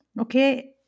Okay